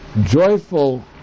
joyful